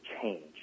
change